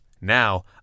Now